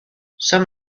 some